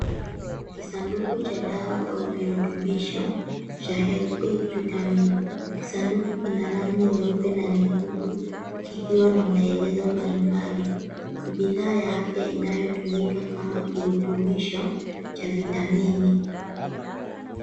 Kisanduku cha dawa au virutubisho cha Health aid vitamin. Kisanduku kina rangi nyeupe na nyekundu, kikiwa na maelezo mbali mbali. Ni bidhaa ya afya inayotumika kama kirutubisho cha vitamini.